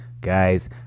guys